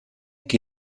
che